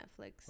netflix